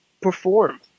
perform